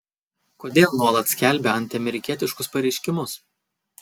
kodėl nuolat skelbia antiamerikietiškus pareiškimus